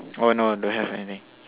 orh no don't have anything